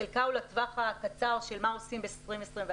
חלקה הוא לטווח הקצר של מה עושים ב-20'-21',